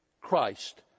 Christ